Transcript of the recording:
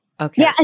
Okay